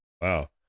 Wow